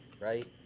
right